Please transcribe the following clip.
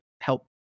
help